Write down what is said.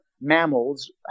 mammals